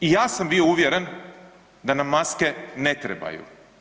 I ja sam bio uvjeren da nam maske ne trebaju.